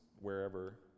wherever